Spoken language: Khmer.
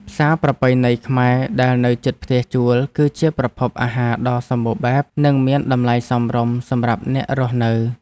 ផ្សារប្រពៃណីខ្មែរដែលនៅជិតផ្ទះជួលគឺជាប្រភពអាហារដ៏សម្បូរបែបនិងមានតម្លៃសមរម្យសម្រាប់អ្នករស់នៅ។